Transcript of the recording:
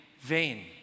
vain